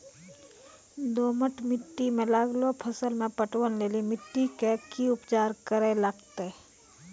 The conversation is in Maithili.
दोमट मिट्टी मे लागलो फसल मे पटवन लेली मिट्टी के की उपचार करे लगते?